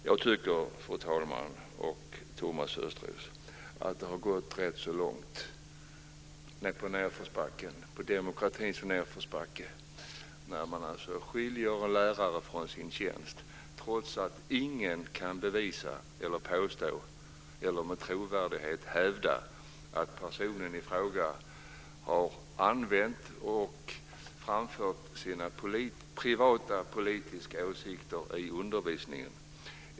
Jag tycker, fru talman och Thomas Östros, att det har gått rätt långt på demokratins nedförsbacke när man skiljer en lärare från hans tjänst trots att ingen kan bevisa eller påstå eller med trovärdighet hävda att personen i fråga har använt och framfört sina privata politiska åsikter i undervisningen.